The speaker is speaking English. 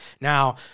now